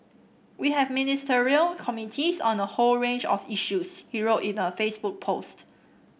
we have Ministerial Committees on the whole range of issues he wrote in a Facebook post